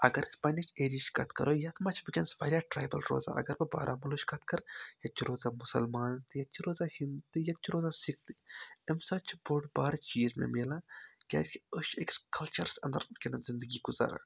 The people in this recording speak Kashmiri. اگر أسۍ پنٕنِس ایرہٕچ کَتھ کَرو یَتھ منٛز چھِ وٕنکٮ۪نَس واریاہ ٹرٛایبَل روزان اگر بہٕ بارہمولہٕچ کَتھ کَرٕ ییٚتہِ چھِ روزان مُسلمان تہِ ییٚتہِ چھِ روزان ہِنٛد تہِ ییٚتہِ چھِ روزان سِکھ تہِ امہِ سۭتۍ چھِ بوٚڑ بارٕ چیٖز مےٚ مِلان کیٛازِکہِ أسۍ چھِ أکِس کَلچَرَس اَندَر وٕنکیٚنَس زِندگی گُزاران